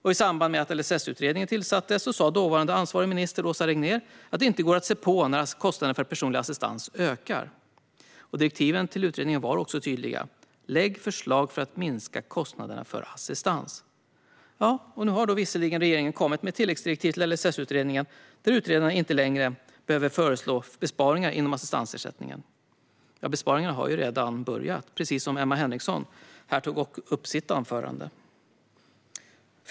I samband med att LSS-utredningen tillsattes sa dåvarande ansvarig minister Åsa Regnér att det inte går att se på när kostnaderna för personlig assistans ökar. Direktivet till utredningen var också tydligt: Lägg förslag för att minska kostnaderna för assistans! Nu har visserligen regeringen kommit med ett tilläggsdirektiv till LSS-utredningen, där utredaren inte längre behöver föreslå besparingar inom assistansersättningen. Men besparingarna har ju redan börjat, precis som Emma Henriksson tog upp i sitt anförande.